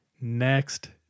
Next